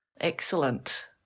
Excellent